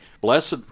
blessed